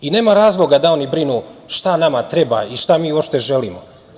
Nema razloga da oni brinu šta nama treba i šta mi uopšte želimo.